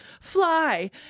fly